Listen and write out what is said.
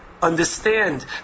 Understand